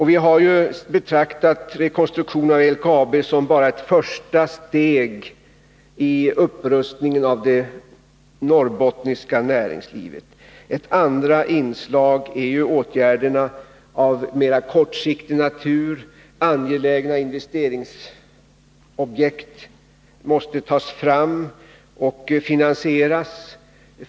Vi har betraktat rekonstruktionen av LKAB som bara ett första steg i upprustningen av det norrbottniska näringslivet. Ett andra inslag är åtgärderna av mera kortsiktig natur. Angelägna investeringsobjekt måste tas fram och finansieras.